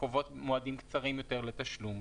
וקובעות מועדים קצרים יותר לתשלום.